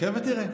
חכה ותראה.